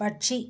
പക്ഷി